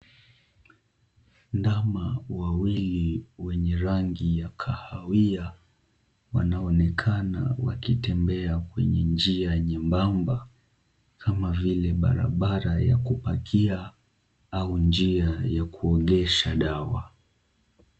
Ndama wawili wenye rangi ya kahawia wanaonekana wakitembea kwenye njia nyembamba kama vile barabara ya kupakia au njia ya kuogesha dawa.